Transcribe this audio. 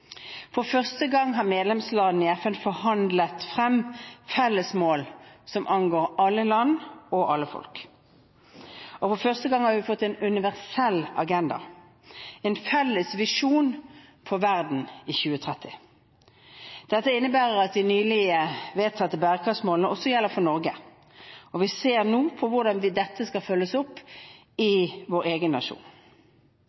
For første gang har medlemslandene i FN forhandlet frem felles mål som angår alle land og alle folk, og for første gang har vi fått en universell agenda, en felles visjon for verden i 2030. Dette innebærer at de nylig vedtatte bærekraftsmålene også gjelder for Norge, og vi ser nå på hvordan dette skal følges opp i vår egen nasjon.